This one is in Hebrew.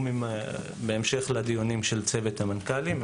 בהמשך לדיונים של צוות המנכ"לים.